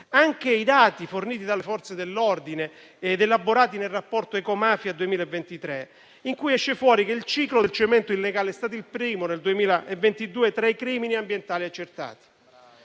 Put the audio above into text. Anche i dati forniti dalle Forze dell'ordine ed elaborati nel rapporto ecomafia 2023 lasciano emergere che il ciclo del cemento illegale è stato nel 2022 il primo dei crimini ambientali accertati.